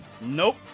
Nope